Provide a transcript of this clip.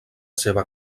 seva